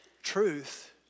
Truth